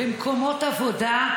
במקומות עבודה,